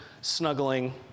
snuggling